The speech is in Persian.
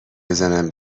بزنم